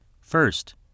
First